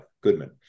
Goodman